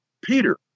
Peter